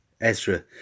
Ezra